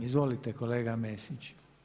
Izvolite kolega Mesić.